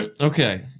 Okay